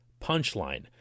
punchline